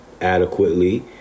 adequately